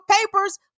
papers